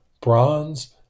bronze